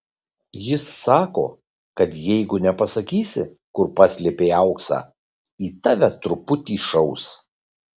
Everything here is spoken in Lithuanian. jis sako kad jeigu nepasakysi kur paslėpei auksą į tave truputį šaus